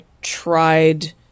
tried